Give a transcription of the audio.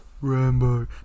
Rambo